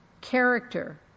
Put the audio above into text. character